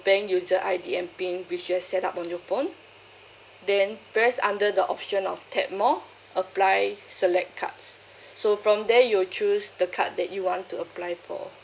bank user I_D and pin which has set up on your phone then press under the option of tap more apply select cards so from there you choose the card that you want to apply for